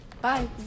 Bye